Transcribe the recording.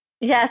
Yes